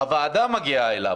הוועדה מגיעה אליו,